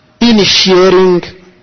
initiating